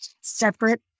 separate